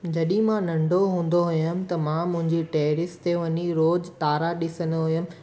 जॾहिं मां नंढो हूंदो हुअमि त मां मुंहिंजी टेरिस ते वञी रोज़ु तारा ॾिसंदो हुअमि